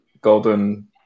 golden